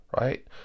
Right